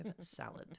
salad